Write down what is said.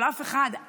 אבל אף אחד,